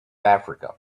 africa